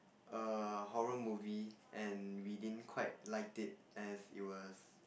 a horror movie and we didn't quite liked as it was